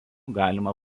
galima